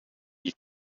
you